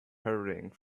hurrying